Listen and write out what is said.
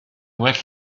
well